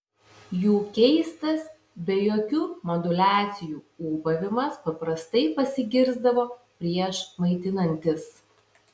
jų keistas be jokių moduliacijų ūbavimas paprastai pasigirsdavo prieš maitinantis